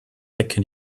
decke